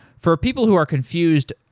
for people who are confused,